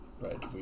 right